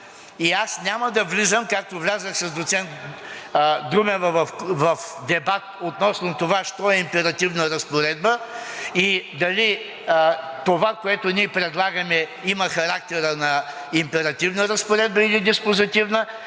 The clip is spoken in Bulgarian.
И няма да влизам, както влязох с доцент Друмева, в дебат относно това що е императивна разпоредба и дали това, което предлагаме, има характера на императивна разпоредба или диспозитивна,